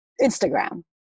Instagram